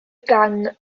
gang